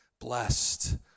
Blessed